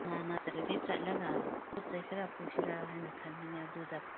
ꯃꯥ ꯅꯠꯇ꯭ꯔꯗꯤ ꯆꯠꯂꯒ ꯄꯣꯠ ꯆꯩ ꯈꯔ ꯄꯨꯁꯤꯔ ꯍꯥꯏꯅ ꯈꯟꯕꯅꯦ ꯑꯗꯨꯗ